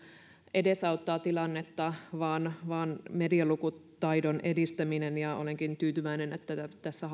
edesauttaa tilannetta vaan vaan medialukutaidon edistäminen ja olenkin tyytyväinen että tässä